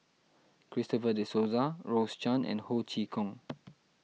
Christopher De Souza Rose Chan and Ho Chee Kong